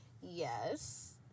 Yes